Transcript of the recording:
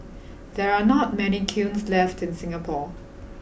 there are not many kilns left in Singapore